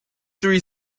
three